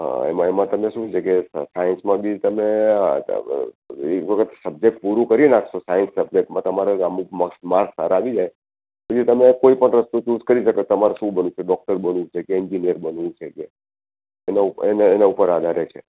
હ એમાં એમાં તમને શું છે કે સાઇન્સમાં બી તમે એક વખત સબજેક્ટ પૂરું કરી નાખશો સાઇન્સ સબજેક્ટમાં તમારે અમુક માર્ક્સ માર્ક્સ સારા આવી જાય પછી તમે કોઈપણ રસ્તો યુઝ કરી શકો તમારે શું બનવું છે ડોક્ટર બનવું છે કે એંજીનીયર બનવું છે કે તમે ઉપ એના એના ઉપર આધાર રહે છે